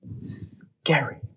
scary